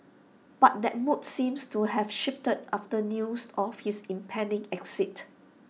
but that mood seems to have shifted after news of his impending exit